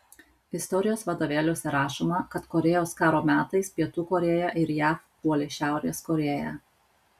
istorijos vadovėliuose rašoma kad korėjos karo metais pietų korėja ir jav puolė šiaurės korėją